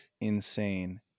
insane